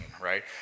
right